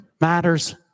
matters